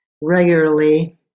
regularly